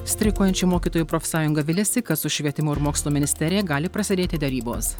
streikuojančių mokytojų profsąjunga viliasi kad su švietimo ir mokslo ministerija gali prasidėti derybos